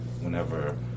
whenever